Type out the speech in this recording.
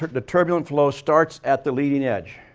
the turbulent flow starts at the leading edge,